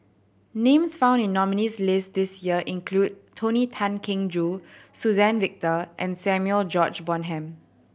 names found in the nominees' list this year include Tony Tan Keng Joo Suzann Victor and Samuel George Bonham